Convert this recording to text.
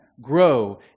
grow